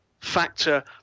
factor